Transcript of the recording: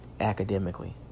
academically